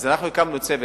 ולכן אנחנו הקמנו צוות,